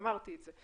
אמרתי את זה.